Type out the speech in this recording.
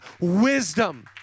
wisdom